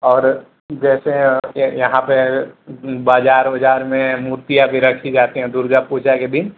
और जैसे यहाँ पर बाजार वजार में मूर्तियाँ भी रखी जाती हैं दुर्गा पूजा के दिन